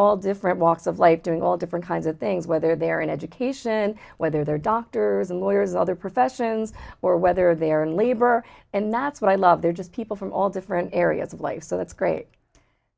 all different walks of life doing all different kinds of things whether they're in education whether they're doctors lawyers other professions or whether they're in labor and that's what i love they're just people from all different areas of life so that's great